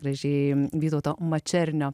gražiai vytauto mačernio